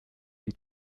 die